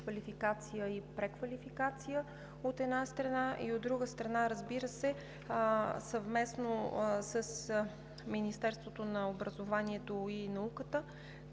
и преквалификация, от една страна и, от друга страна, разбира се, съвместно с Министерството на образованието и науката